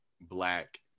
black